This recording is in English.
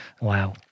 Wow